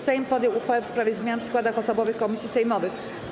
Sejm podjął uchwałę w sprawie zmian w składach osobowych komisji sejmowych.